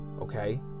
Okay